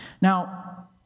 Now